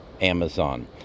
Amazon